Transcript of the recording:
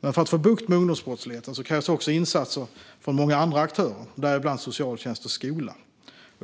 Men för att få bukt med ungdomsbrottsligheten krävs också insatser från många andra aktörer, däribland socialtjänst och skola.